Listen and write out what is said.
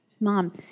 mom